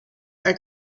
are